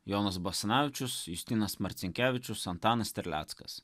jonas basanavičius justinas marcinkevičius antanas terleckas